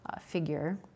figure